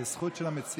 זו זכות של המציעים.